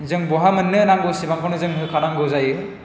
जों बहा मोननो नांगौसेबांखौनो जों होखानांगौ जायो